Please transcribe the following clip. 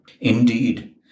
Indeed